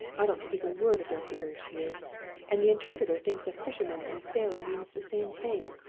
i don't speak a word of their gibberish here and the interpreter thinks a fisherman and a sailor means the same thing.